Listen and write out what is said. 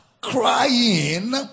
Crying